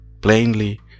plainly